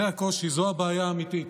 זה הקושי, זו הבעיה האמיתית.